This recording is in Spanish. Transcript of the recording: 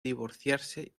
divorciarse